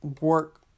work